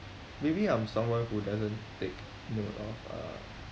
maybe I'm someone who doesn't take note of uh